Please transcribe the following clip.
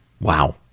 Wow